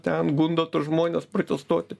ten gundo žmones protestuoti